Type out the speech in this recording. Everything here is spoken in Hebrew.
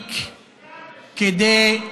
להספיק כדי,